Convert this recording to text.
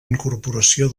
incorporació